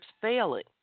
failing